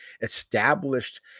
established